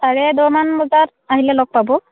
চাৰে দহমান বজাত আহিলে লগ পাব